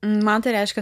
man tai reiškia